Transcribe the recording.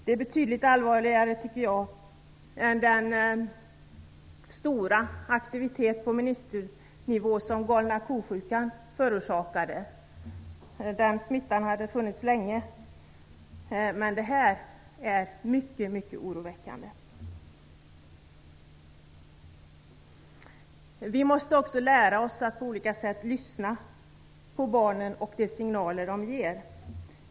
Det är betydligt allvarligare tycker jag än den stora aktivitet på ministernivå som "galna ko-sjukan" förorsakade. Den smittan hade funnits länge. Men detta är mycket oroväckande. Vi måste också lära oss att på olika sätt lyssna på barnen och de signaler som de ger.